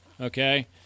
okay